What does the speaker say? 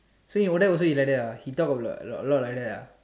so in what then he also like that ah he talk a lot like like that ah